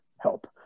help